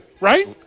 right